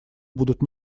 будут